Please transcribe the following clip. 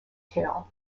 tail